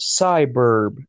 cyberb